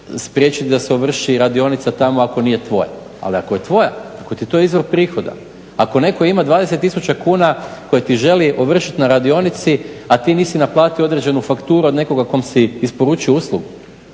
spriječiti da se ovrši radionica tamo ako nije tvoja, ali ako je tvoja, ako ti je to izvor prihoda, ako netko ima 20 tisuća kuna koje ti želi ovršiti na radionici a ti nisi naplatio određenu fakturu od nekoga kome si isporučio uslugu,